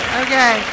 okay